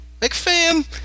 McFam